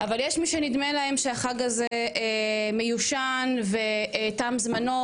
אבל יש מי שנדמה להם שהחג הזה מיושן ותם זמנו,